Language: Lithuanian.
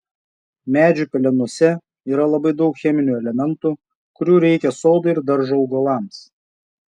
medžių pelenuose yra labai daug cheminių elementų kurių reikia sodo ir daržo augalams